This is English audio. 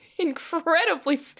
incredibly